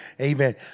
Amen